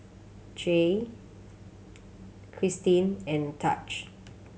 Jair Christin and Taj